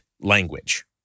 language